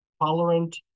tolerant